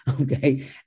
okay